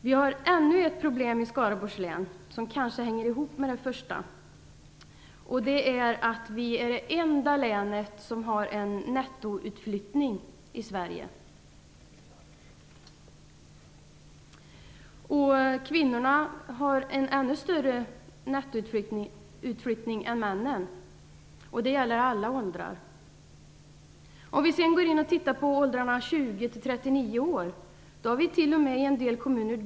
Vi har ännu ett problem i Skaraborgs län, som kanske hänger ihop med det första, nämligen att vi är det enda länet i Sverige som har en nettoutflyttning. Kvinnorna har en ännu större nettoutflyttning än männen, och det gäller alla åldrar.